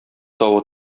тавы